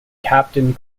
captain